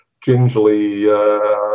gingerly